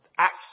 Acts